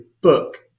book